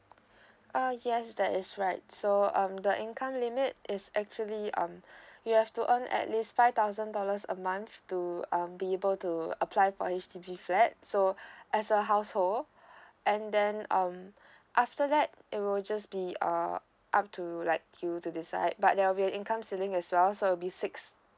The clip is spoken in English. uh yes that is right so um the income limit is actually um you have to earn at least five thousand dollars a month to um be able to apply for H_D_B flat so as a household and then um after that it will just be uh up to like you to decide but there will income ceiling as well so be six